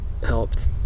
helped